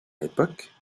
l’époque